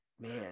Man